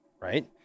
right